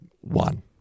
One